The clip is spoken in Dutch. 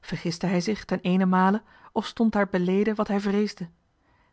vergiste hij zich ten eenenmale of stond daar beleden wat hij vreesde